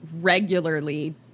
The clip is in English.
regularly